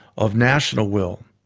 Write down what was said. of national will.